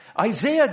Isaiah